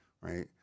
Right